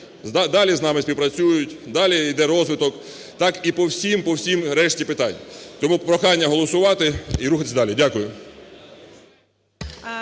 далі з нами співпрацюють, далі іде розвиток. Так і по всім-всім решті питань. Тому прохання голосувати і рухатися далі. Дякую.